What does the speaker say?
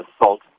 assault